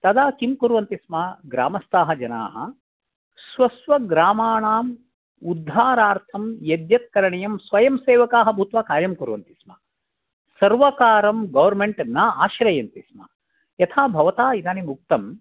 तदा किं कुर्वन्ति स्म ग्रामस्ताः जनाः स्व स्व ग्रामाणाम् उद्धारार्थं यद्यत् करणीयं स्वयं सेवकाः भूत्वा कार्यं कुर्वन्ति स्म सर्वकारं गवर्नमेन्ट् न आश्रयन्ति स्म यथा भवता इदानीम् उक्तम्